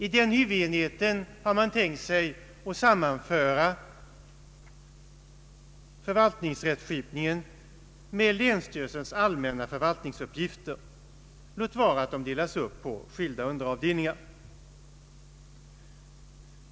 I den huvudenheten har man tänkt sig att sammanföra förvaltningsrättskipningen med länsstyrelsens allmänna förvaltningsuppgifter, låt vara att de delas upp på skilda underavdelningar.